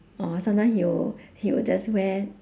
or sometime he will he will just wear